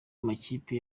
amakipe